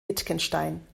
wittgenstein